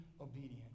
obedient